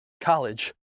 College